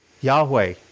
Yahweh